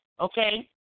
okay